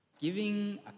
Giving